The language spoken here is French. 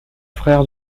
frère